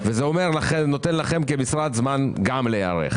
ולכן זה נותן לכם כמשרד זמן גם להיערך.